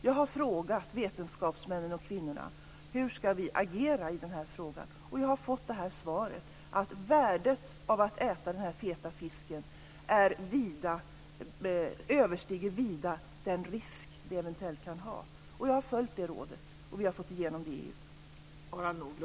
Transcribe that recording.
Jag har frågat vetenskapsmännen hur vi ska agera i den här frågan, och jag har fått svaret att värdet av att äta den här feta fisken vida överstiger den risk som det eventuellt kan innebära. Jag har följt det beskedet, och vi har fått igenom det i EU.